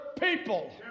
people